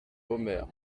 omer